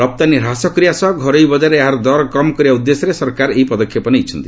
ରପ୍ତାନୀ ହ୍ରାସ କରିବା ସହ ଘରୋଇ ବଜାରରେ ଏହାର ଦର କମ୍ କରିବା ଉଦ୍ଦେଶ୍ୟରେ ସରକାର ଏଭଳି ପଦକ୍ଷେପ ନେଇଛନ୍ତି